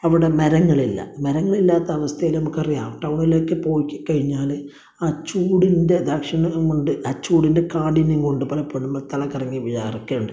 അവിടെ മരങ്ങളില്ല മരങ്ങളില്ലാത്ത അവസ്ഥയില് നമുക്കറിയാം ടൗണിലേക്ക് പോയിക്കഴിഞ്ഞാൽ ആ ചൂടിന്റെ ദാക്ഷിണ്യം കൊണ്ട് ആ ചൂടിന്റെ കാഠിന്യം കൊണ്ട് പലപ്പോഴും തലകറങ്ങി വീഴാറൊക്കെ ഉണ്ട്